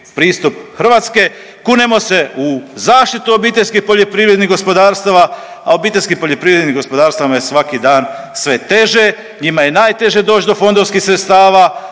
pristup Hrvatske. Kunemo se u zaštitu obiteljskih poljoprivrednih gospodarstava, a obiteljskim poljoprivrednim gospodarstvima je svaki dan sve teže, njima je najteže doći do fondovskih sredstava,